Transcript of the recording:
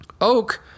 Oak